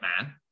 man